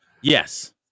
Yes